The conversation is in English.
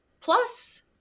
plus